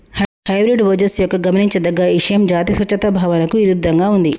hybrid ఓజస్సు యొక్క గమనించదగ్గ ఇషయం జాతి స్వచ్ఛత భావనకు ఇరుద్దంగా ఉంది